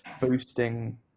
boosting